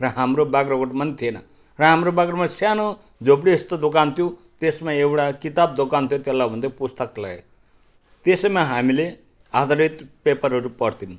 र हाम्रो बाग्राकोटमा नि थिएन र हाम्रो बाग्राकोटमा सानो झोपडी जस्तो दोकान थियो त्यसमा एउटा किताब दोकान थियो त्यसलाई भन्थ्यो पुस्तकलय त्यसैमा हामीले आधारित पेपरहरू पढ्थ्यौँ